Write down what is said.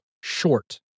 short